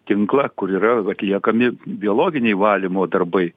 tinklą kur yra atliekami biologiniai valymo darbai